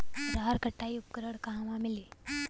रहर कटाई उपकरण कहवा मिली?